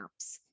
apps